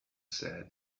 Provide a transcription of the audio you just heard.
said